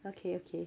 okay okay